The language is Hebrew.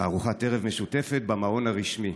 לארוחת ערב משותפת במעון הרשמי.